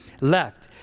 left